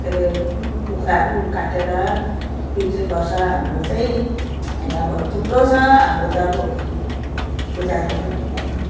के अरे कुखुराहरू काटेर पितृ गर्छ हाम्रो चाहिँ अनि अब थुप्रो छ हाम्रो त अब पूजाहरू गर्नुपर्ने